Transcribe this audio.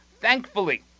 thankfully